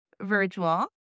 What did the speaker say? virtual